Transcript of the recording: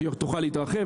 שתוכל להתרחב,